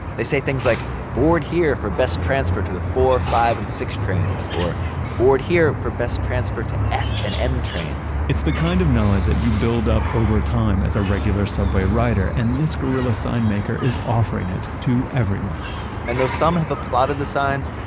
they say things like board here for best transfer to the four, five, and six trains. or board here for best transfer to f and m trains. it's the kind of knowledge that you build up over time, as a regular subway rider. and this guerrilla sign maker is offering it to everyone and though some have applauded the signs,